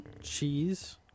cheese